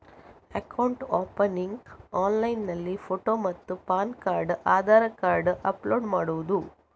Account opening ಆನ್ಲೈನ್ನಲ್ಲಿ photo ಮತ್ತು PAN card Aadhaar card upload ಮಾಡುವುದು?